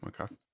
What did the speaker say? okay